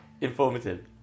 Informative